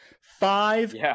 Five